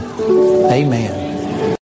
Amen